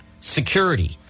security